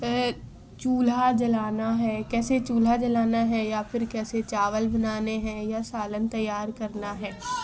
چولہا جلانا ہے کیسے چولہا جلانا ہے یا پھر کیسے چاول بنانے ہیں یا سالن تیار کرنا ہے